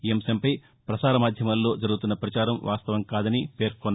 ఈ అంశంపై ప్రసార మాధ్యమాల్లో జరుగుతున్న ప్రచారం వాస్తవం కాదని పేర్కొన్నారు